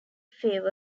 favour